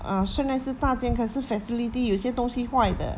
err 虽然是大间可是 facility 有些东西坏的